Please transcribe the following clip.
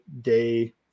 day